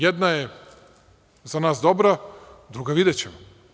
Jedna je za nas dobra, druga – videćemo.